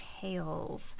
tales